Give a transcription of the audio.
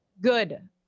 good